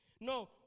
No